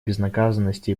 безнаказанности